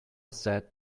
sad